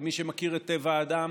למי שמכיר את טבע האדם,